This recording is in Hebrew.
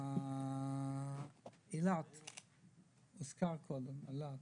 הזכרת קודם את אילת.